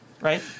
right